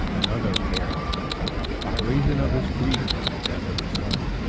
and other care of himself, by reason of his grief at the death of his son,